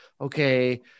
okay